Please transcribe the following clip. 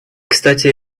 кстати